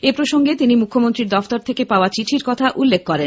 এপ্রসঙ্গে তিনি মুখ্যমন্ত্রীর দফতর থেকে পাওয়া চিঠির কথা উল্লেখ করেন